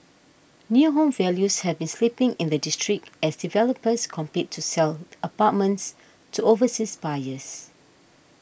new home values have been slipping in the district as developers compete to sell apartments to overseas buyers